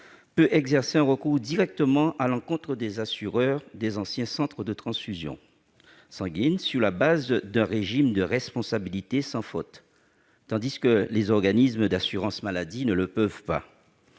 peut exercer un recours directement à l'encontre des assureurs des anciens centres de transfusion sanguine sur la base d'un régime de responsabilité sans faute, les organismes d'assurance maladie ne le peuvent pas